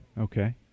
Okay